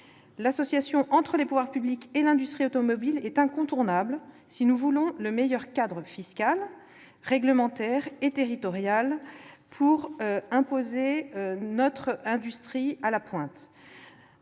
L'association entre les pouvoirs publics et l'industrie automobile est incontournable si nous voulons le meilleur cadre fiscal, réglementaire et territorial pour mettre notre industrie à la pointe.